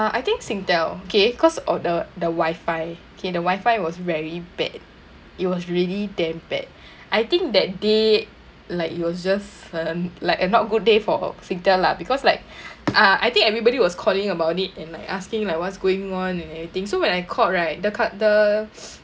I think Singtel okay cause of the the wifi okay the wifi was very bad it was really damn bad I think that day like it was just um like a not good day for Singtel lah because like uh I think everybody was calling about it and like asking like what's going on and anything so when I called right the cut the